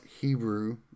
Hebrew